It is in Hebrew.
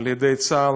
על ידי צה"ל,